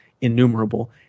innumerable